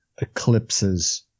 eclipses